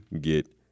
get